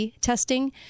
testing